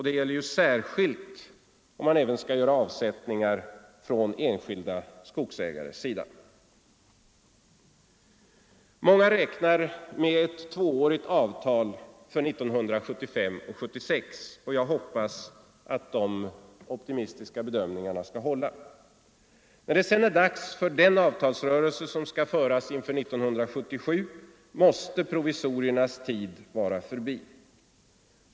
Det gäller särskilt i den del som handlar om de avsättningar enskilda skogsägare skall göra. Många räknar med ett tvåårigt löneavtal, för åren 1975 och 1976, och jag hoppas att de optimistiska bedömningarna skall hålla. När det sedan är dags för nästa avtalsrörelse 1977 måste provisoriernas tid vara förbi.